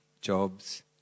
Jobs